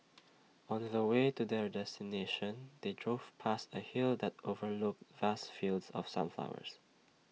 on the the way to their destination they drove past A hill that overlooked vast fields of sunflowers